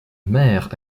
maire